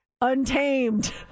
untamed